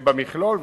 במכלול,